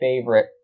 favorite